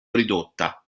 ridotta